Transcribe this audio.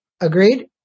Agreed